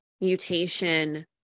mutation